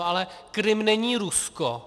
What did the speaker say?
Ale Krym není Rusko!